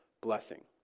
blessing